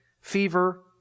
fever